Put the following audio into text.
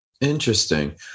Interesting